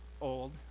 old